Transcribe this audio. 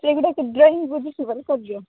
ହେଲେ ସେ ଗୋଟେ ଡ୍ରଇଁ ବୁଝୁଛି ବୋଲେ କରିଦିଅ